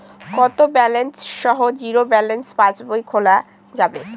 কত ব্যালেন্স সহ zero balance পাসবই খোলা যাবে?